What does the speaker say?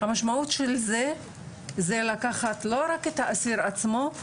המשמעות של זה היא לקחת לא רק את האסיר עצמו,